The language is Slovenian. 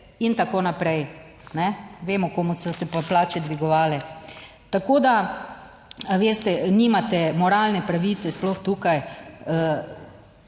in tako naprej, kajne. Vemo komu so se pa plače dvigovale. Tako, da veste, nimate moralne pravice sploh tukaj,